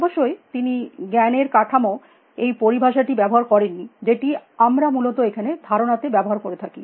অবশ্যই তিনি জ্ঞানের কাঠামো এই পরিভাষাটি ব্যবহার করেন নি যেটি আমরা মূলত এখনের ধারণাতে ব্যবহার করে থাকি